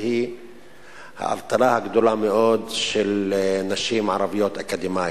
והיא האבטלה הגדולה מאוד של נשים ערביות אקדמאיות,